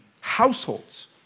households